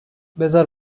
بزار